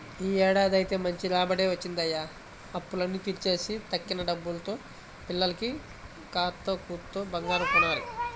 యీ ఏడాదైతే మంచి రాబడే వచ్చిందయ్య, అప్పులన్నీ తీర్చేసి తక్కిన డబ్బుల్తో పిల్లకి కాత్తో కూత్తో బంగారం కొనాల